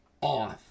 off